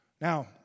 Now